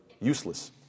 useless